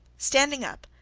standing up,